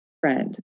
friend